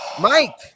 Mike